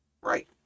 right